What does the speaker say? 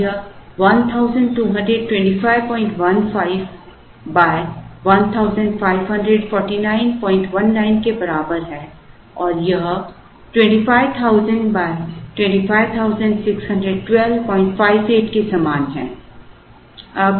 अब यह 122515 154919 के बराबर है और यह 25000 2561258 के समान है